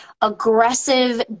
aggressive